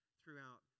throughout